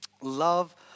love